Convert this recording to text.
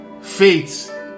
faith